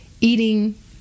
eating